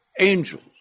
Angels